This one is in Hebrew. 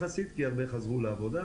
האחרונה מכיוון שהרבה אזרחים חזרו לעבוד.